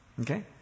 Okay